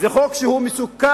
זה חוק שהוא מסוכן,